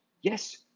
yes